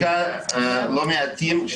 יש היום אפיקי השקעה לא מעטים במדינה,